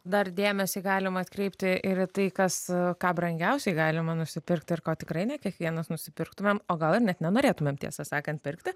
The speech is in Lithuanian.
dar dėmesį galim atkreipti ir į tai kas ką brangiausiai galima nusipirkt ir ko tikrai ne kiekvienas nusipirktumėm o gal ir net nenorėtumėm tiesą sakant pirkti